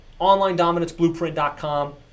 OnlineDominanceBlueprint.com